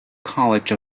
college